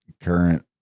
current